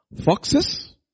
Foxes